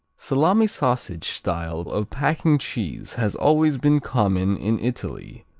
salami-sausage style of packing cheese has always been common in italy,